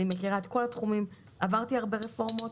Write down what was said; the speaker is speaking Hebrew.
אני מכירה את כל התחומים ועברתי הרבה רפורמות.